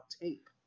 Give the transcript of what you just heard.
tape